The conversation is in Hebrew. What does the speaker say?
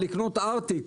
לקנות ארטיק,